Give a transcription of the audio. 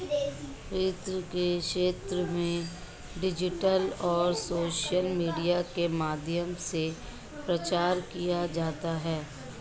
वित्त के क्षेत्र में डिजिटल और सोशल मीडिया के माध्यम से प्रचार किया जाता है